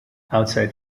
outside